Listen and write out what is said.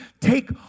take